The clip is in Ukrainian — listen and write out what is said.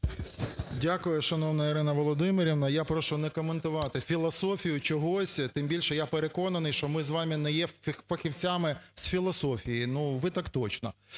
Дякую, шановна Ірина Володимирівна. Я прошу не коментувати філософію чогось, тим більше я переконаний, що ми з вами не є фахівцями з філософії. Ну ви - так точно.